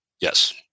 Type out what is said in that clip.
Yes